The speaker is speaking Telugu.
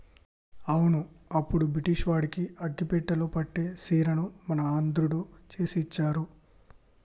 అవును అప్పుడు బ్రిటిష్ వాడికి అగ్గిపెట్టెలో పట్టే సీరని మన ఆంధ్రుడు చేసి ఇచ్చారు